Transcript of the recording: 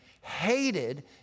hated